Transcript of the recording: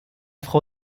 frau